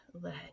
let